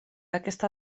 aquesta